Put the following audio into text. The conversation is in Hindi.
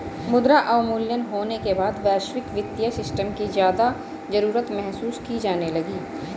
मुद्रा अवमूल्यन होने के बाद वैश्विक वित्तीय सिस्टम की ज्यादा जरूरत महसूस की जाने लगी